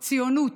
ציונות,